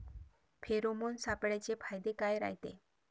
Pheromone सापळ्याचे फायदे काय रायते?